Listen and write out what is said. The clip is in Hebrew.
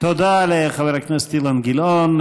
תודה לחבר הכנסת אילן גילאון.